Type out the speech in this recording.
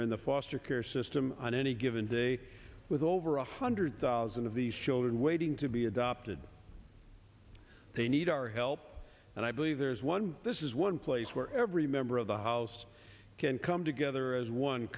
are in the foster care system on any given day with over one hundred thousand of these children waiting to be adopted they need our help and i believe there is one this is one place where every member of the house can come together as one